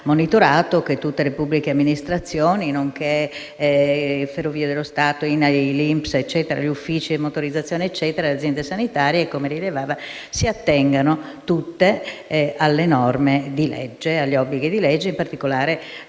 monitorato che tutte le pubbliche amministrazioni, nonché le Ferrovie dello Stato, l'INAIL, l'INPS, gli uffici della Motorizzazione civile e le aziende sanitarie, come rilevava, si attengano alle norme e agli obblighi di legge, in particolare